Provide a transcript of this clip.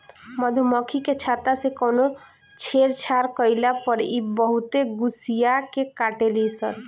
मधुमखी के छत्ता से कवनो छेड़छाड़ कईला पर इ बहुते गुस्सिया के काटेली सन